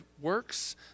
works